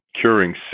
curing